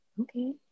okay